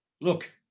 Look